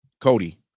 Cody